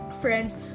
friends